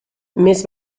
més